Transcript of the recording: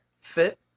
fit